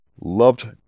loved